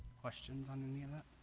questions on any of that